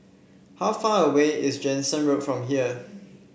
how far away is Jansen Road from here